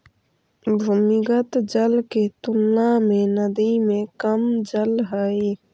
भूमिगत जल के तुलना में नदी में कम जल हई